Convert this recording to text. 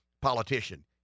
politician